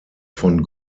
von